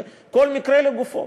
וכל מקרה לגופו,